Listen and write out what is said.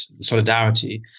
solidarity